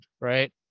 right